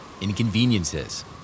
inconveniences